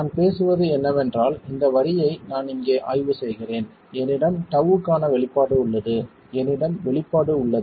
நான் பேசுவது என்னவென்றால் இந்த வரியை நான் இங்கே ஆய்வு செய்கிறேன் என்னிடம் τ க்கான வெளிப்பாடு உள்ளது என்னிடம் வெளிப்பாடு உள்ளது